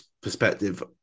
perspective